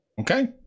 okay